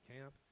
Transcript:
camp